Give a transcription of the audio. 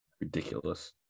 Ridiculous